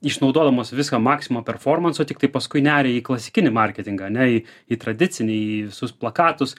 išnaudodamos viską maksimą performanso tiktai paskui neria į klasikinį marketingą ane į į tradicinį į visus plakatus